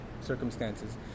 circumstances